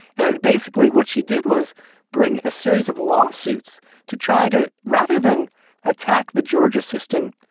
and basically what she did was bring a series of lawsuits to try to rather than attack the georgia system,